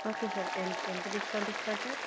okay sir ఎంత ఎంత discount ఇస్తారు సార్